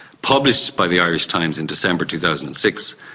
published by the irish times in december two thousand and six,